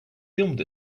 filmed